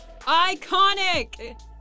iconic